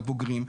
הבוגרים,